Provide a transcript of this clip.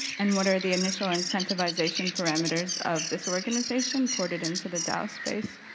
and what are the initial incentivisaton parameters of this organisation, ported into the dao space?